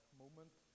moment